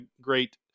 great